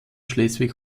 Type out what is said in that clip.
schleswig